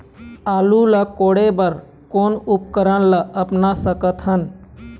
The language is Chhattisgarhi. आलू ला कोड़े बर कोन उपकरण ला अपना सकथन?